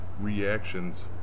reactions